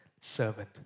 servant